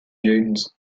dunes